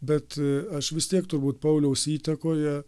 bet aš vis tiek turbūt pauliaus įtakoje